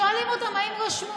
שואלים אותם אם רשמו.